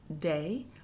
day